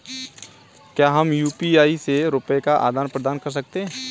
क्या हम यू.पी.आई से रुपये का आदान प्रदान कर सकते हैं?